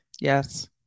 Yes